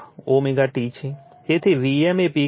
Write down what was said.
તેથી v m એ peak value છે